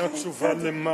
לא ניתנה תשובה, על מה?